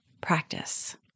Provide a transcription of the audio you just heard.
practice